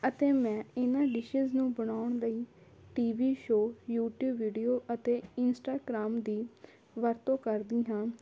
ਅਤੇ ਮੈਂ ਇਨ੍ਹਾਂ ਡਿਸ਼ਿਸ ਨੂੰ ਬਣਾਉਣ ਲਈ T V show YouTube video ਅਤੇ ਇੰਸਟਾਗ੍ਰਾਮ ਦੀ ਵਰਤੋਂ ਕਰਦੀ ਹਾਂ